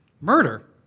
murder